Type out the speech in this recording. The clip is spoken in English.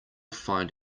find